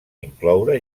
incloure